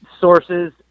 sources